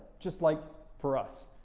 just like for us,